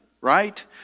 right